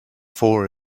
four